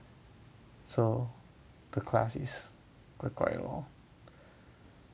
so the class is 怪怪 lor